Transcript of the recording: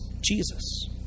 Jesus